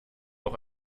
auch